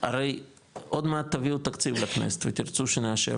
הרי עוד מעט תביאו תקציב לכנסת ותרצו שנאשר